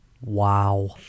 Wow